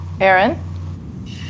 Aaron